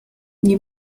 nie